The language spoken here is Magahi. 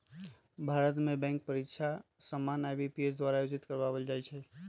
भारत में बैंक परीकछा सामान्य आई.बी.पी.एस द्वारा आयोजित करवायल जाइ छइ